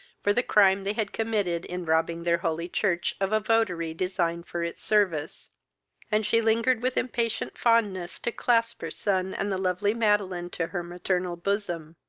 for the crime they had committed in robbing their holy church of a votary designed for its service and she lingered with impatient fondness to clasp her son and the lovely madeline to her maternal bosom.